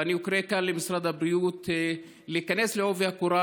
ואני קורא מכאן למשרד הבריאות להיכנס לעובי הקורה